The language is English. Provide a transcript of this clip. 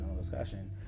discussion